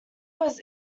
was